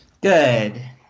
Good